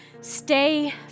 stay